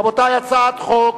רבותי, הצעת חוק